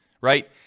Right